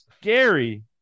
scary